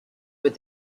with